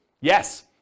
Yes